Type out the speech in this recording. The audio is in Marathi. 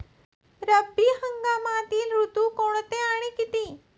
रब्बी हंगामातील ऋतू कोणते आणि किती?